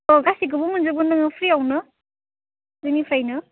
औ गासैखौबो मोनजोबगोन नोङो फ्रियावनो जोंनिफ्रायनो